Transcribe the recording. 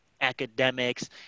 academics